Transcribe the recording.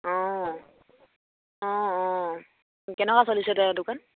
অঁ অঁ অঁ কেনেকুৱা চলিছে তেওঁ দোকান